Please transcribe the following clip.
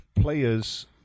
players